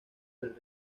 del